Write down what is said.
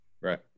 Right